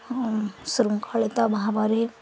ହଁ ଶୃଙ୍ଖଳିତ ଭାବରେ